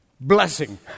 blessing